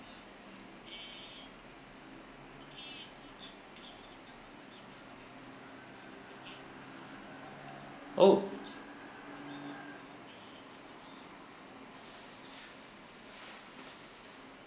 oh